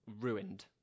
ruined